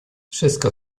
wszystko